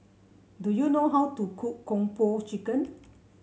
do you know how to cook Kung Po Chicken